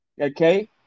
Okay